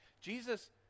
Jesus